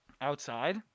outside